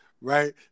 right